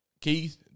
Keith